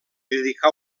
dedicà